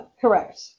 Correct